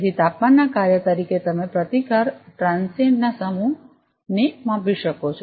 તેથી તાપમાનના કાર્ય તરીકે તમે પ્રતિકાર ટ્રાન્સિએંટ ના સમાન સમૂહને માપી શકો છો